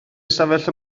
ystafell